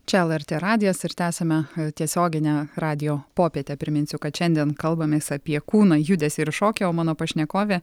čia lrt radijas ir tęsiame tiesioginę radijo popietę priminsiu kad šiandien kalbamės apie kūną judesį ir šokį o mano pašnekovė